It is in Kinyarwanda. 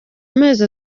amezi